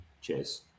Cheers